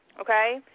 okay